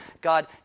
god